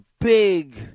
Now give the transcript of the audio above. big